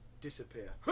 disappear